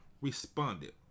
responded